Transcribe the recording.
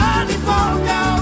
California